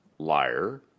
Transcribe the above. Liar